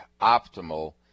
optimal